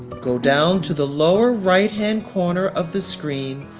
go down to the lower right-hand corner of the screen,